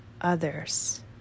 others